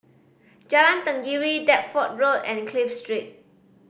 Jalan Tenggiri Deptford Road and Clive Street